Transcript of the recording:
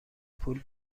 پول